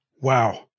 Wow